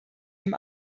dem